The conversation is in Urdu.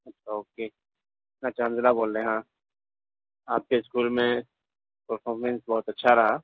اچھا اوکے اچھا حنظلہ بول رہے ہیں ہاں آپ کے اسکول میں پرفارمنس بہت اچھا رہا